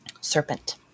Serpent